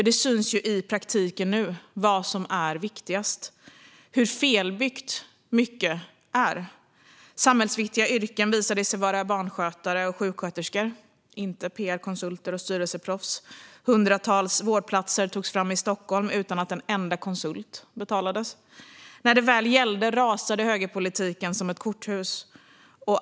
Det syns nu i praktiken vad som är viktigast och hur felbyggt mycket är. Samhällsviktiga yrken visade sig vara barnskötare och sjuksköterskor, inte pr-konsulter och styrelseproffs. Hundratals vårdplatser togs fram i Stockholm utan att en enda konsult betalades. När det väl gällde rasade högerpolitiken som ett korthus.